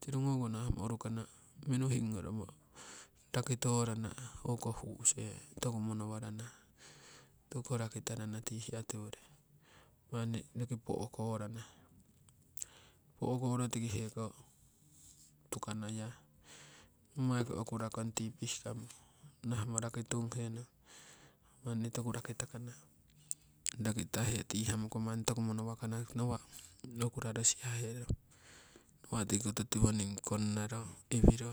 Tirugo ko nahamo urukana meenu hingoromo raki torana hoko hu'see, toku monowarana toku ko rakitarana tii hiya tiwori manni roki po'korana pokoro tiki heko tukana yaa. Nommai ko okura kong tii pihkamo nahamo raki tunghe manni toku raki takana, rakitahe tihamoko manni toku mono wakana roki nawa' okuraro sihahe rana nawa' tiko koto tiwoning konnaro iwiro